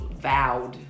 vowed